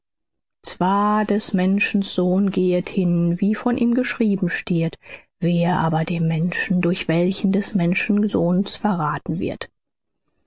zwar des menschen sohn gehet hin wie von ihm geschrieben stehet wehe aber dem menschen durch welchen des menschen sohn verrathen wird